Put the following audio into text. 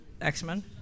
X-Men